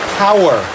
power